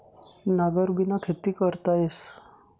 नांगरबिना खेती करता येस